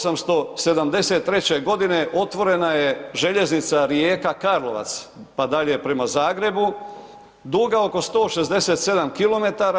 1873. g. otvorena je Željeznica Rijeka-Karlovac, pa dalje prema Zagrebu, duga oko 167 km.